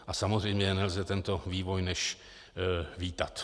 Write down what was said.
A samozřejmě nelze tento vývoj než vítat.